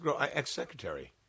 ex-secretary